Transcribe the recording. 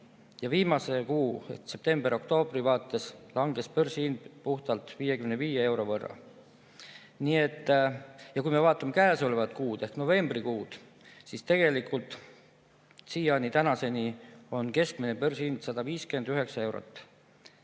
Ja viimase kuu, septembri-oktoobri vaates langes börsihind puhtalt 55 euro võrra. Kui me vaatame käesolevat kuud ehk novembrit, siis [näeme, et] tegelikult tänaseni on keskmine börsihind 159 eurot.